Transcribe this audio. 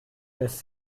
lässt